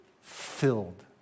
filled